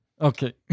okay